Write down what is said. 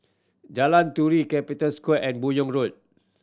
Jalan Turi Capital Square and Buyong Road